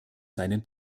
seinen